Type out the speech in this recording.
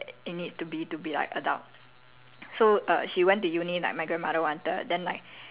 ya my aunt quite 乖 [one] like she will follow the process that it need to be to be like adult